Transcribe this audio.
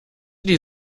die